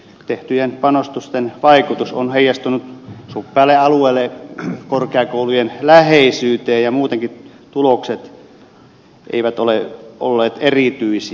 tehtyjen panostusten vaikutus on heijastunut suppealle alueelle korkeakoulujen läheisyyteen ja muutenkaan tulokset eivät ole olleet erityisiä